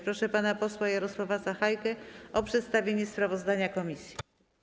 Proszę pana posła Jarosława Sachajkę o przedstawienie sprawozdania komisji.